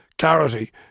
Clarity